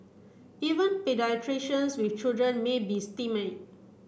even paediatricians with children may be stymied